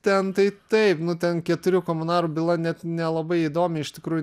ten tai taip nu ten keturių komunarų byla net nelabai įdomi iš tikrųjų